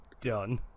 done